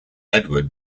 edward